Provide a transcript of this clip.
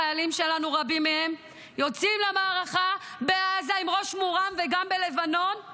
רבים מהחיילים שלנו יוצאים למערכה בעזה וגם בלבנון עם ראש מורם,